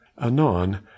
anon